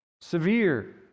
severe